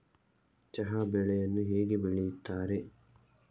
ಚಹಾ ಬೆಳೆಯನ್ನು ಹೇಗೆ ಬೆಳೆಯುತ್ತಾರೆ?